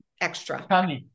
extra